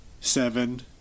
seven